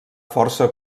força